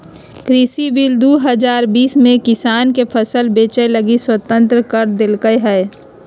कृषि बिल दू हजार बीस में किसान के फसल बेचय लगी स्वतंत्र कर देल्कैय हल